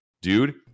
dude